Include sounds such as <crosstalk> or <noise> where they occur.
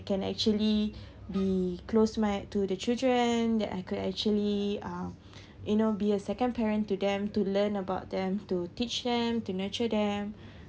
can actually <breath> be close my~ to the children that I could actually uh <breath> you know be a second parent to them to learn about them to teach them to nurture them